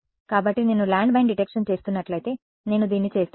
కాబట్టి నేను landmine detection చేస్తున్నట్లయితే నేను దీన్ని చేస్తాను